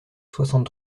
soixante